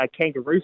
kangaroo